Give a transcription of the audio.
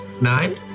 Nine